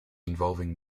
involving